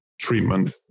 treatment